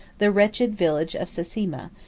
the wretched village of sasima,